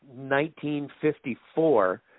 1954